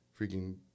freaking